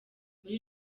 muri